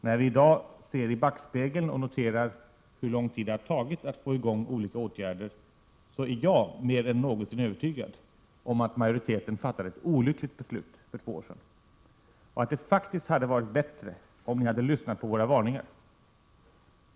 När vi i dag ser i backspegeln och noterar hur lång tid det har tagit att få i gång olika åtgärder, är jag mer än någonsin övertygad om att majoriteten fattade ett olyckligt beslut 1986 och att det faktiskt hade varit bättre om ni hade lyssnat på våra varningar.